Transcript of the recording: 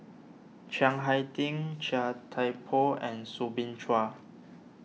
Chiang Hai Ding Chia Thye Poh and Soo Bin Chua